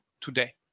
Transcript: today